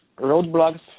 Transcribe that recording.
roadblocks